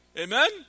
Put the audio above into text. amen